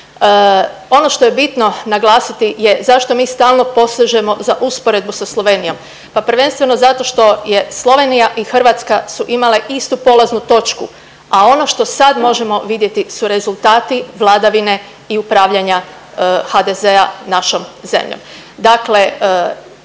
Ono što je bitno naglasiti je zašto mi stalno posežemo za usporedbu sa Slovenijom, pa prvenstveno zato što je Slovenija i Hrvatska su imale istu polaznu točku, a ono što sad možemo vidjeti su rezultati vladavine i upravljanja HDZ-a našom zemljom.